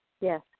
Yes